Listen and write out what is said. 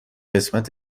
قسمت